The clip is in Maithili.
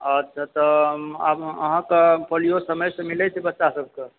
अच्छा तऽ अहाँके पोलियो समयसँ मिलय छै बच्चासभकेँ